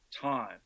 time